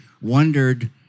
wondered